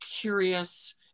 curious